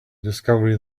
discovery